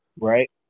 right